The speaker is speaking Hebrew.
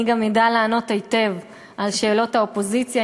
אני גם אדע לענות היטב על שאלות האופוזיציה,